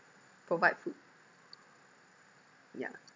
provide food yeah